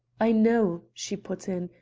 i know, she put in,